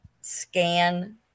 scan